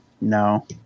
No